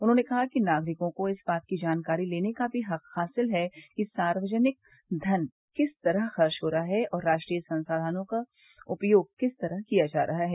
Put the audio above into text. उन्होंने कहा कि नागरिकों को इस बात की जानकारी लेने का भी हक हासिल है कि सार्वजनिक धन किस तरह खर्व हो रहा है और राष्ट्रीय संसाधनों का उपयोग किस तरह किया जा रहा है